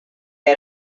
had